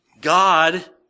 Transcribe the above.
God